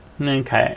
Okay